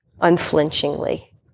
unflinchingly